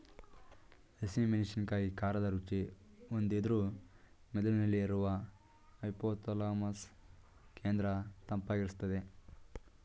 ಹಸಿ ಮೆಣಸಿನಕಾಯಿ ಖಾರದ ರುಚಿ ಹೊಂದಿದ್ರೂ ಮೆದುಳಿನಲ್ಲಿ ಇರುವ ಹೈಪೋಥಾಲಮಸ್ ಕೇಂದ್ರ ತಂಪಾಗಿರ್ಸ್ತದೆ